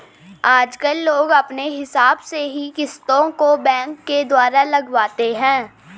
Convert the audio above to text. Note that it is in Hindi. आजकल लोग अपने हिसाब से ही किस्तों को बैंकों के द्वारा लगवाते हैं